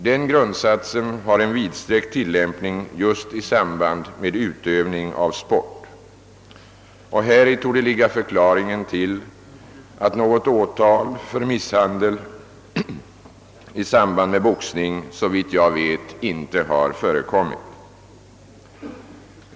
Denna grundsats har en vidsträckt tillämpning just i samband med utövning av sport. Häri torde förklaringen ligga till att något åtal för misshandel i samband med boxning inte såvitt jag vet har förekommit.